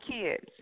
kids